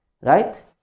right